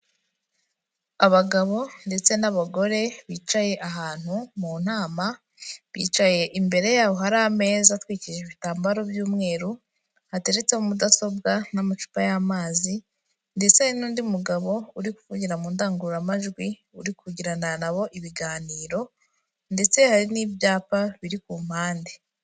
Abagabo ndetse n'abagore bicaye ahantu mu nama, bicaye imbere yaho hari ameza atwikije ibitambaro by'umweru, hateretseho mudasobwa n'amacupa y'amazi, ndetse n'undi mugabo uri kuvugira mu ndangururamajwi, uri kugirana na bo ibiganiro, ndetse hari n'ibyapa biri ku mpande.